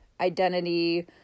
identity